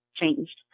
changed